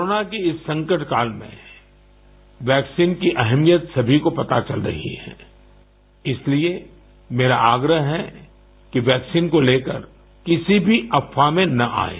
corona की इस संकट काल में वैक्सीन की अहमियत सभी को पता चल गई है इसलिए मेरा आग्रह है कि वैक्सीन को लेकर किसी भी अफवाह में न आएं